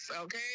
okay